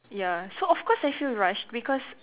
ya so of course I feel rushed because